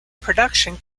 production